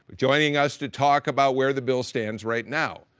joining us to talk about where the bill stands right now.